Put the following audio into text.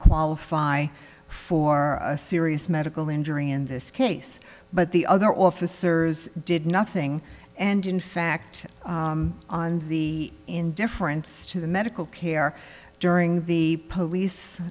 qualify for a serious medical injury in this case but the other officers did nothing and in fact on the indifference to the medical care during the police